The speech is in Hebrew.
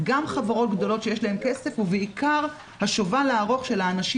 גם חברות גדולות שיש להם כסף ובעיקר השובל הארוך של האנשים